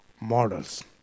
models